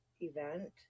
event